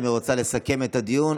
אם היא רוצה לסכם את הדיון,